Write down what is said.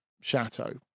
Chateau